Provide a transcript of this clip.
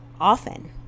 Often